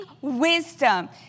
wisdom